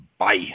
Bye